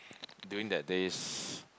during that days